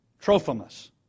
Trophimus